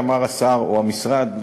אמר השר או המשרד,